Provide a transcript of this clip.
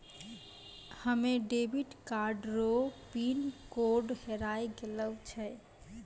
हमे debit card रो pin code हेराय गेलो छै